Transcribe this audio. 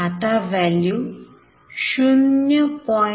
आता व्हॅल्यू 0